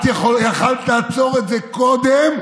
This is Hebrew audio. את יכולת לעצור את זה קודם,